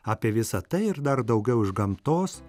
apie visa tai ir dar daugiau iš gamtos